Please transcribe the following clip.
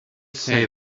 say